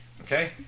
Okay